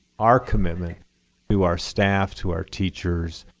our commitment to our staff, to our teachers.